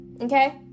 Okay